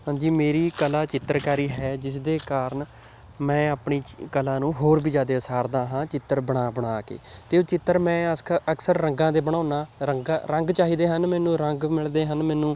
ਹਾਂਜੀ ਮੇਰੀ ਕਲਾ ਚਿੱਤਰਕਾਰੀ ਹੈ ਜਿਸਦੇ ਕਾਰਨ ਮੈਂ ਆਪਣੀ ਕਲਾ ਨੂੰ ਹੋਰ ਵੀ ਜ਼ਿਆਦਾ ਉਸਾਰਦਾ ਹਾਂ ਚਿੱਤਰ ਬਣਾ ਬਣਾ ਕੇ ਅਤੇ ਉਹ ਚਿੱਤਰ ਮੈਂ ਅਸਕ ਅਕਸਰ ਰੰਗਾਂ ਦੇ ਬਣਾਉਂਦਾ ਰੰਗਾਂ ਰੰਗ ਚਾਹੀਦੇ ਹਨ ਮੈਨੂੰ ਰੰਗ ਮਿਲਦੇ ਹਨ ਮੈਨੂੰ